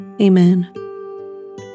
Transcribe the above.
Amen